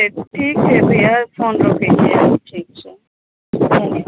ठीक छै ठीक छै भैया फोन रखै छी ठीक छै धन्यवाद